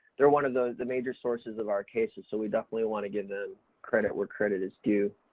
they're one of the, the major sources of our cases, so we definitely want to give them credit where credit is due.